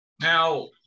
now